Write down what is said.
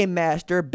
master